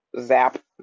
zap